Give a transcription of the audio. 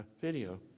video